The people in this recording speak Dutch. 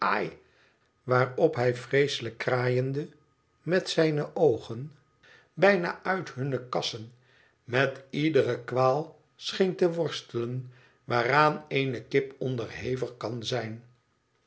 waarop hij vreeselijk kraaiende met zijne oogen bijna uit hunne kassen met iedere kwaal scheen te worstelen waaraan eene kip onderhevig kan zijn